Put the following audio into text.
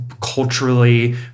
culturally